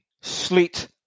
sleet